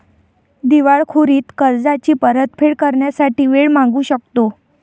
दिवाळखोरीत कर्जाची परतफेड करण्यासाठी वेळ मागू शकतो